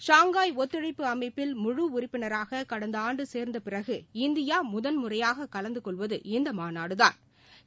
Shanghai ஒத்துழைப்பு அமைப்பில் முழு உறுப்பினராக கடந்த ஆண்டு சேர்ந்த பிறகு இந்தியா முதன் முறையாக கலந்து கொள்வது இந்த மாநாடுதாள்